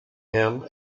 him